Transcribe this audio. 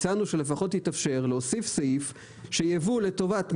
הצענו שלפחות יתאפשר להוסיף סעיף של יבוא לטובת מטווחים,